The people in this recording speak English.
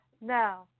no